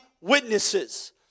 witnesses